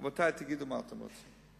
רבותי, תגידו מה אתם רוצים.